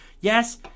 Yes